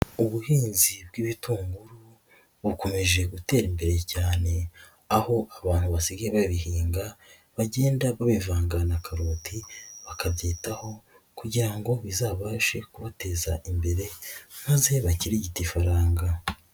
Ubuhinzi bw'ibitunguru bukomeje gutera imbere cyane aho abantu basigaye babihinga bagenda babivanga na karoti, bakabyitaho kugira ngo bizabashe kubateza imbere maze bakirigite ifaranga.